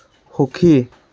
সুখী